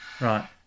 Right